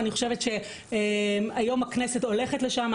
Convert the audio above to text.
אני חושבת שהיום הכנסת הולכת לשם.